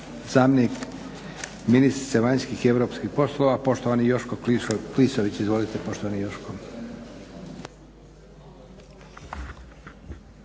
Zamjenik ministrice vanjskih i europskih poslova poštovani Joško Klisović. Izvolite poštovani Joško.